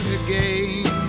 again